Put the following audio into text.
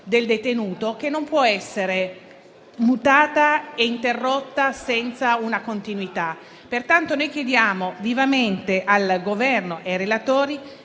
del detenuto non può essere mutato e interrotto nella sua continuità. Pertanto, chiediamo vivamente al Governo e ai relatori